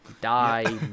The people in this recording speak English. die